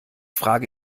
frage